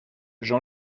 jean